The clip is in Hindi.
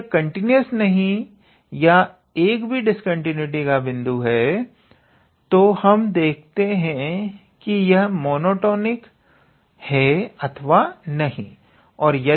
यदि यह कंटिन्यूस नहीं है या एक भी डिस्कंटीन्यूटी का बिंदु है तो हम यह देखते हैं कि यह मोनोटॉनिक है अथवा नहीं